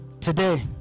today